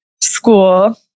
school